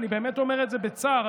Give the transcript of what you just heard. אני באמת אומר את זה בצער,